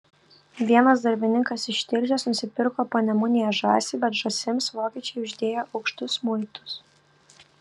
vienas darbininkas iš tilžės nusipirko panemunėje žąsį bet žąsims vokiečiai uždėję aukštus muitus